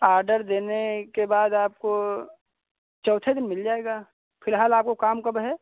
order देने के बाद आप को चौथे दिन मिल जाएगा फिलहाल आपको काम कब है